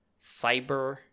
Cyber